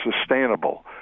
sustainable